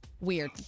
Weird